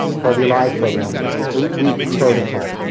called the alive program. it is an eight-week protocol.